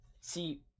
See